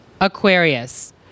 Aquarius